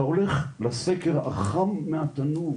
אתה הולך לסקר החם מהתנור